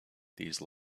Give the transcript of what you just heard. these